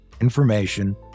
information